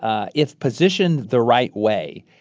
ah if positioned the right way,